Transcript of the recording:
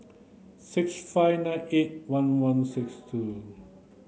six five nine eight one one six two